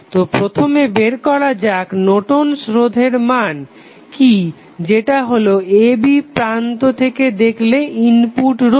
তো প্রথমে বের করা যাক নর্টন রোধের Nortons resistance মান কি জেট হলো a b প্রান্ত থেকে দেখলে ইনপুট রোধ